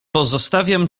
pozostawiam